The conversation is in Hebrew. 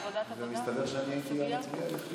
מסתבר שאני הייתי המצביע היחיד